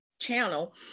channel